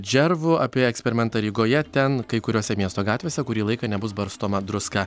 džervu apie eksperimentą rygoje ten kai kuriose miesto gatvėse kurį laiką nebus barstoma druska